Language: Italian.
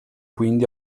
quindi